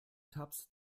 tabs